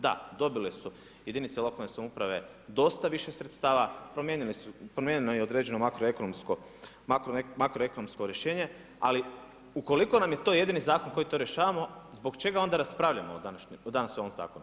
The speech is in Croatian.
Da, dobile su jedinice lokalne samouprave dosta više sredstva, promijenjeno je i određeno makroekonomsko rješenje ali ukoliko nam je to jedini zakon koji to rješavamo, zbog čega onda raspravljamo danas u ovom zakonu?